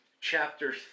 chapter